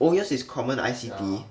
oh yours is common I_C_T